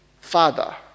father